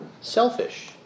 selfish